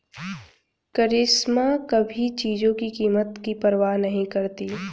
करिश्मा कभी चीजों की कीमत की परवाह नहीं करती